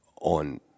on